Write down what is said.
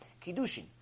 Kiddushin